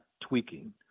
tweaking